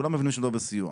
כולם מבינים שמדובר בסיוע.